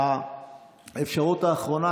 האפשרות האחרונה,